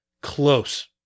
close